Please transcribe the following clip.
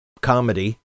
comedy